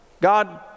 God